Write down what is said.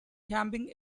camping